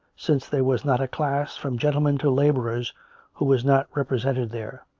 since there was not a class from gentlemen to labourers who was not represented there.